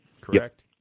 Correct